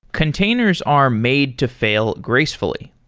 containers are made to fail gracefully.